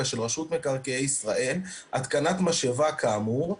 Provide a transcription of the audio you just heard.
של רשות מקרקעי ישראל התקנת משאבה כאמור,